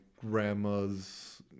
grandma's